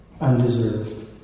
Undeserved